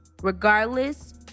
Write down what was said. regardless